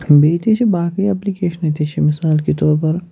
بیٚیہِ تہِ چھِ باقٕے اٮ۪پلِکیشنہٕ تہِ چھِ مِثال کے طور پَر